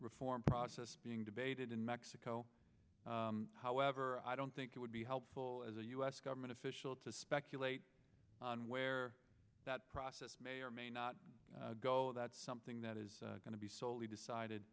reform process being debated in mexico however i don't think it would be helpful as a u s government official to speculate on where that process may or may not go that's something that is going to be solely decided